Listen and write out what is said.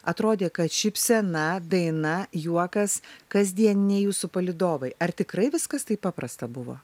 atrodė kad šypsena daina juokas kasdieniniai jūsų palydovai ar tikrai viskas taip paprasta buvo